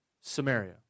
Samaria